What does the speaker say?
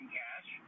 cash